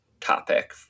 topic